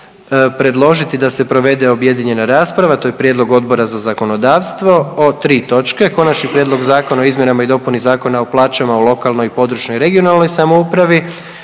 predložiti da se provede objedinjena rasprava to je prijedlog Odbora za zakonodavstvo o tri točke: - Konačni prijedlog Zakona o izmjenama i dopuni Zakona o plaćama u lokalnoj i područnoj (regionalnoj) samoupravi,